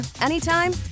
anytime